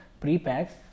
pre-packs